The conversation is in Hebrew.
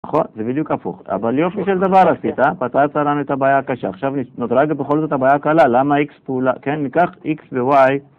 נכון? זה בדיוק הפוך. אבל יופי של דבר עשית, פתרת לנו את הבעיה הקשה. עכשיו נותרה בכל זאת הבעיה הקלה, למה X פעולה, כן? ניקח X ו-Y.